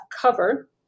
cover